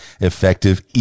effective